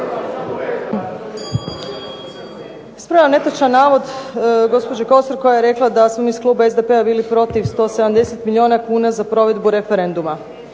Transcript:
Ispravljam netočan navod gospođe Kosor koja je rekla da smo mi iz kluba SDP-a bili protiv 170 milijuna kuna za provedbu referenduma.